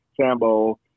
Sambo